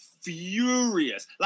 furious